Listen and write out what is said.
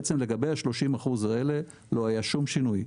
בעצם לגבי ה-30% האלה לא היה שום שינוי.